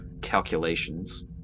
calculations